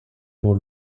pour